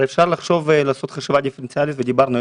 הרי אפשר לעשות חשיבה דיפרנציאלית ודיברנו,